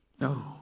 No